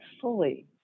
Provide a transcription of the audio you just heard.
fully